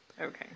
Okay